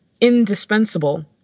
indispensable